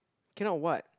cannot what